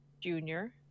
Junior